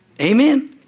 Amen